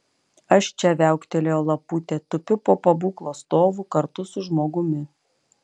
aš čia viauktelėjo laputė tupiu po pabūklo stovu kartu su žmogumi